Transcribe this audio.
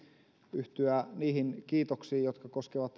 yhtyä niihin kiitoksiin jotka koskevat